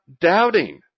doubting